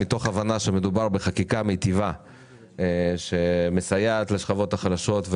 מתוך הבנה שמדובר בחקיקה מיטיבה שמסייעת לשכבות החלשות,